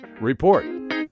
report